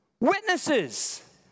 witnesses